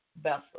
vessel